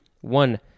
One